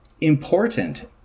important